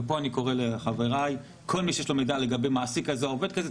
פה אני קורא לחבריי: כל מי שיש לו מידע לגבי מעסיק כזה או עובד כזה,